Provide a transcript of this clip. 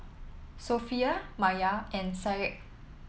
Sofea Maya and Syed